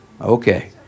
Okay